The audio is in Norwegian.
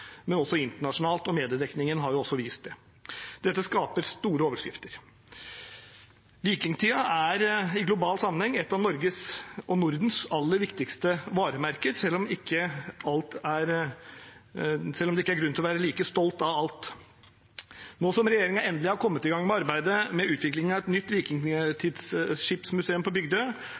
men også internasjonalt. Mediedekningen har også vist det. Dette skaper store overskrifter. Vikingtiden er i global sammenheng et av Norges og Nordens aller viktigste varemerker selv om det ikke er grunn til å være like stolt av alt. Nå som regjeringen endelig har kommet i gang med arbeidet med utviklingen av et nytt vikingskipsmuseum på